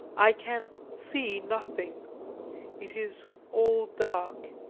i can see nothing it is all dark.